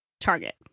Target